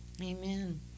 Amen